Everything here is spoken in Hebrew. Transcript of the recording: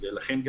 לכן,